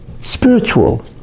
spiritual